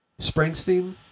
Springsteen